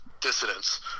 dissidents